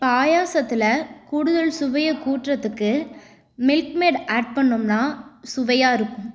பாயாசத்தில் கூடுதல் சுவையை கூற்றத்துக்கு மில்க் மெட் ஆட் பண்ணோம்னா சுவையாக இருக்கும்